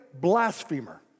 blasphemer